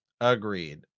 Agreed